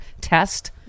test